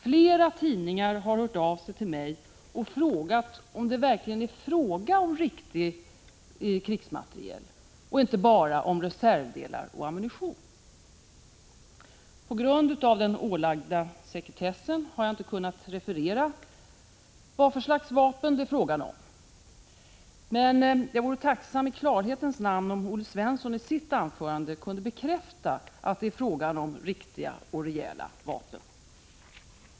Flera tidningar har hört av sig till mig och frågat om det verkligen gäller riktig krigsmateriel och inte bara reservdelar och ammunition. På grund av den ålagda sekretessen har jag inte kunnat referera vad för slags vapen det är fråga om. Men jag vore tacksam om Olle Svensson i sitt anförande i klarhetens namn kunde bekräfta att det är fråga om riktiga, rejäla vapen.